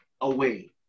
away